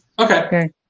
Okay